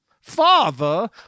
Father